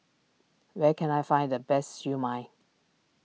where can I find the best Siew Mai